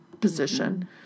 position